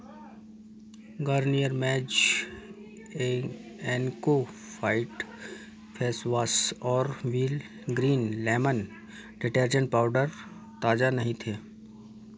Garnier मेज एन एनको फ़ाइट फेसवाश और Wheel green lemon detergent powder ताज़ा नहीं थे